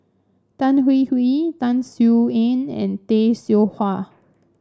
Tan Hwee Hwee Tan Sin Aun and Tay Seow Huah